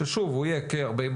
ששוב הוא יהיה כארבעים,